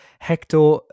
Hector